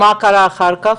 ומה קרה אחר כך?